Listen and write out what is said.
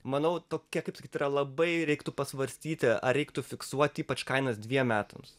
manau tokia kaip sakyt yra labai reiktų pasvarstyti ar reiktų fiksuot ypač kainas dviem metams